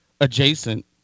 adjacent